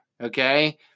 Okay